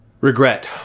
regret